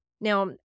Now